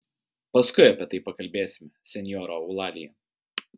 paskui apie tai pakalbėsime senjora eulalija